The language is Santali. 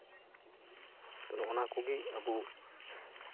ᱟᱫᱚ ᱚᱱᱟ ᱠᱚᱜᱮ ᱟᱵᱚ